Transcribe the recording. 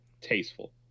tasteful